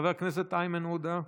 חבר הכנסת איימן עודה.